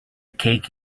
cake